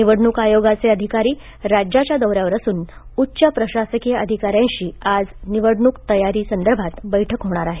निवडणूक आयोगाचे अधिकारी राज्याच्या दौऱ्यावर असून उच्च प्रशासकीय अधिकाऱ्यांशी आज निवडणूक तयारी संदर्भात बैठक होणार आहे